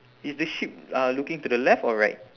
is the sheep uh looking to the left or right